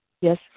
Yes